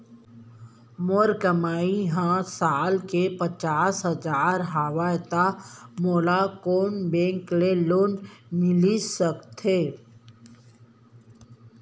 मोर कमाई ह साल के पचास हजार हवय त मोला कोन बैंक के लोन मिलिस सकथे?